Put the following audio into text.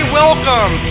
welcome